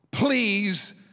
Please